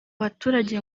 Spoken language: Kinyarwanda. baturage